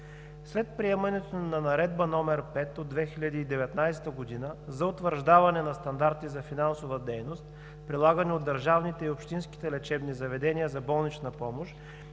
След приемането на Наредба № 5 от 2019 г. за утвърждаване на стандарти за финансова дейност, прилагани от държавните и общинските лечебни заведения за болнична помощ